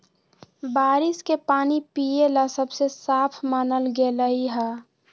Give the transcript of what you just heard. बारिश के पानी पिये ला सबसे साफ मानल गेलई ह